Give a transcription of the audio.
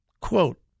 quote